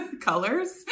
colors